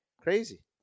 Crazy